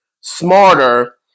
smarter